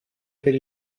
per